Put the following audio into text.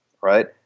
Right